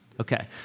Okay